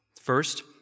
First